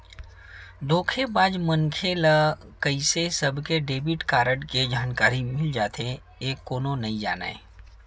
धोखेबाज मनखे ल कइसे सबके डेबिट कारड के जानकारी मिल जाथे ए कोनो नइ जानय